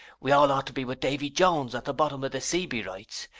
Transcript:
we'd all ought to be with davy jones at the bottom of the sea, be rights.